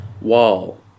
wall